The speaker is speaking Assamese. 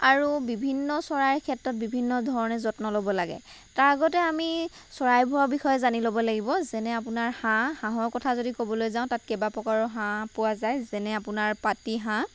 আৰু বিভিন্ন চৰাইৰ ক্ষেত্ৰত বিভিন্ন ধৰণে যত্ন ল'ব লাগে তাৰ আগতে আমি চৰাইবোৰৰ বিষয়ে জানি ল'ব লাগিব যেনে আপোনাৰ হাঁহ হাঁহৰ কথা যদি ক'বলৈ যাওঁ তাত কেইবা প্ৰকাৰৰ হাঁহ পোৱা যায় যেনে আপোনাৰ পাতি হাঁহ